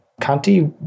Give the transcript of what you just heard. Conti